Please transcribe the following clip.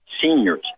seniors